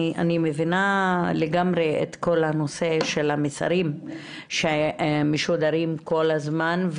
אני מבינה לגמרי את כל הנושא של המסרים שמשודרים כל הזמן,